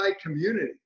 community